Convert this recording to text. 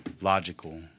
logical